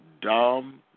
dumb